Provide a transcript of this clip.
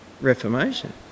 Reformation